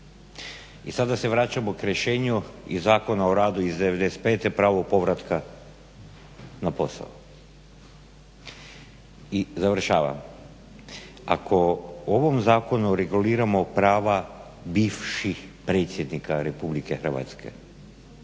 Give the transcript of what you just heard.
I sada se vraćamo rješenju iz Zakona o radu iz '95. pravo povratka na posao. I završavam, ako u ovom zakonu reguliramo prava bivših predsjednika RH za sve